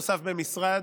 במשרד,